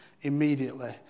immediately